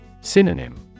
Synonym